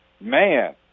Man